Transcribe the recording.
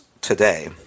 today